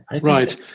Right